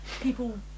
people